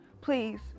Please